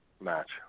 match